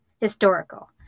historical